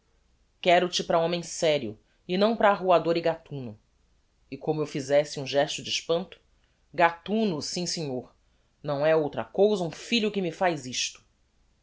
coimbra quero-te para homem serio e não para arruador e gatuno e como eu fizesse um gesto de espanto gatuno sim senhor não é outra cousa um filho que me faz isto